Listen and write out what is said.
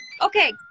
Okay